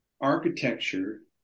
architecture